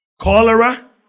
Cholera